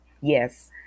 yes